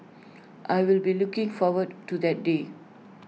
I will be looking forward to that day